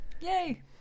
Yay